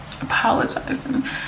apologizing